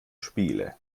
spiele